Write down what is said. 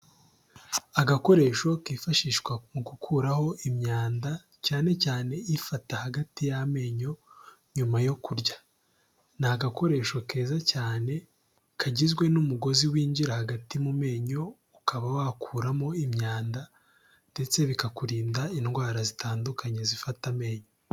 Agakoresho kifashishwa mu gukuraho imyanda cyane cyane ifata hagati y'amenyo nyuma yo kurya, ni agakoresho keza cyane kagizwe n'umugozi winjira hagati mu menyo ukaba wakuramo imyanda, ndetse bikakurinda indwara zitandukanye zifata amenyo.